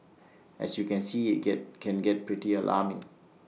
as you can see IT get can get pretty alarming